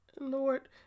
Lord